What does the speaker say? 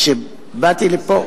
כשבאתי לפה